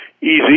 easy